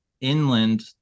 inland